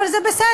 אבל זה בסדר,